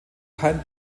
kein